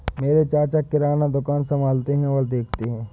मेरे चाचा किराना दुकान संभालते और देखते हैं